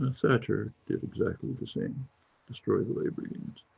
and thatcher did exactly the same destroy the labour unions.